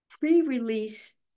pre-release